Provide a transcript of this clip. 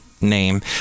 name